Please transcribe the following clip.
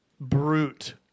brute